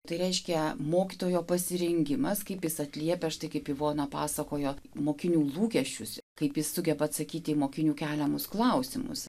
tai reiškia mokytojo pasirengimas kaip jis atliepia štai kaip ivona pasakojo mokinių lūkesčius kaip jis sugeba atsakyti į mokinių keliamus klausimus